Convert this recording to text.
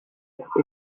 être